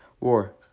War